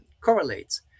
correlates